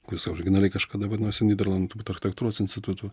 kuris originaliai kažkada vadinosi nyderlandų architektūros institutu